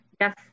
yes